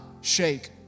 shake